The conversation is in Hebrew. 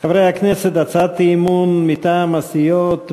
חברי הכנסת, הצעת אי-אמון מטעם הסיעות בל"ד,